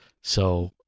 So-